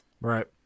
Right